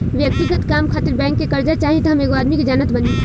व्यक्तिगत काम खातिर बैंक से कार्जा चाही त हम एगो आदमी के जानत बानी